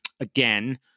Again